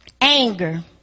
Anger